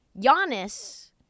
Giannis